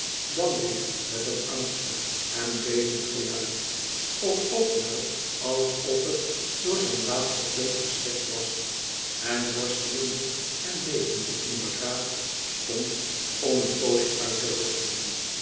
dan weer met een angstig en bevend geluid of ook wel alsof het door zijn laatste plomp geschrikt was en worstelende en bevende in beraad stond om een poosje uit te rusten